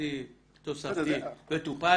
תוספתי וטופל.